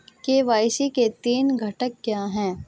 KYC के तीन घटक क्या हैं?